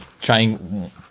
trying